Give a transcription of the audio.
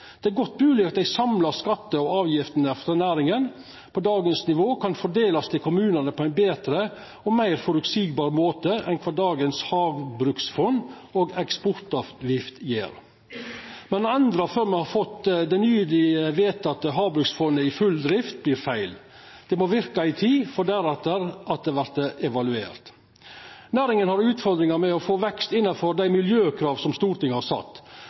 Det er godt mogleg at dei samla skattane og avgiftene for næringa på dagens nivå kan fordelast til kommunane på en betre og meir føreseieleg måte enn kva dagens havbruksfond og eksportavgift gjer. Men å endra før me har fått det nyleg vedtekne havbruksfondet i full drift, vert feil. Det må verka ei tid, for deretter å verta evaluert. Næringa har utfordringar med å få til vekst innanfor dei miljøkrava som Stortinget har sett,